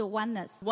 oneness